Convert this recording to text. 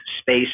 space